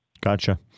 Gotcha